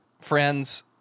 friends